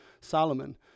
Solomon